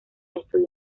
estudió